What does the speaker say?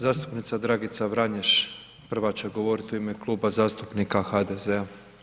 Zastupnica Dragica Vranješ, prva će govoriti u ime Kluba zastupnika HDZ-a.